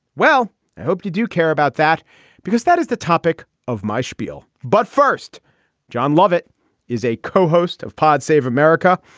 well i hope you do care about that because that is the topic of my spiel. but first john lovett is a co-host of pod save america.